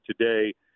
today